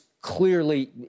clearly